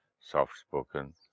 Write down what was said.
soft-spoken